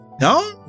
No